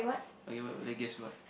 okay wait wait guess what